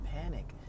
panic